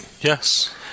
Yes